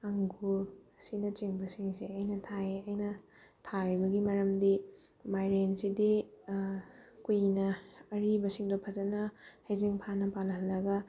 ꯑꯪꯒꯨꯔ ꯑꯁꯤꯅꯆꯤꯡꯕꯤꯁꯤꯡ ꯑꯁꯤ ꯑꯩꯅ ꯊꯥꯏꯌꯦ ꯑꯩꯅ ꯊꯥꯔꯤꯕꯒꯤ ꯃꯔꯝꯗꯤ ꯃꯥꯏꯔꯦꯟꯁꯤꯗꯤ ꯀꯨꯏꯅ ꯑꯔꯤꯕꯁꯤꯡꯗꯣ ꯐꯖꯅ ꯍꯩꯖꯤꯡ ꯐꯥꯅ ꯄꯥꯜꯍꯜꯂꯒ